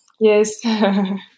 yes